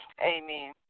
amen